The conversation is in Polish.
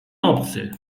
obcy